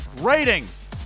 ratings